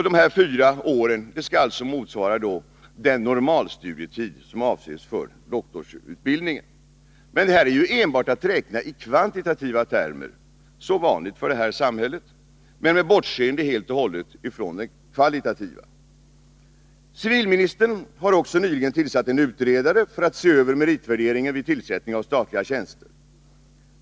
Dessa fyra år skall motsvara den normaltid som avses för doktorandutbildningen. Men detta är ju att enbart räkna i kvantitativa termer — så vanligt för det här samhället — men med bortseende från de kvalitativa. Civilministern har också nyligen tillsatt en utredare för att se över meritvärderingen vid tillsättning av statliga tjänster.